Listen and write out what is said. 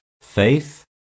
faith